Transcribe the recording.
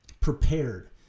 prepared